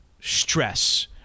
stress